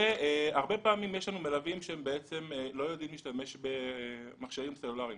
הרבה פעמים יש לנו מלווים שהם לא יודעים להשתמש במכשירים סלולריים.